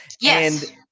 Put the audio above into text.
Yes